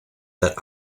that